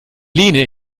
lehne